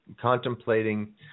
contemplating